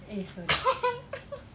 eh sorry